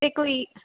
ਇਹ ਕੋਈ